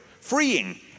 freeing